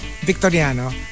victoriano